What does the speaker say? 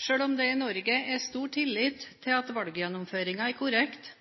Sjøl om det i Norge er stor tillit til at valggjennomføringen er korrekt,